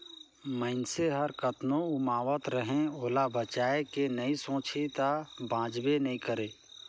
मइनसे हर कतनो उमावत रहें ओला बचाए के नइ सोचही त बांचबे नइ करे